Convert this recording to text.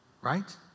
right